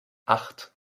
acht